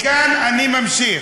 מכאן אני ממשיך.